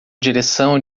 direção